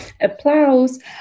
applause